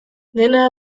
dena